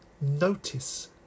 notice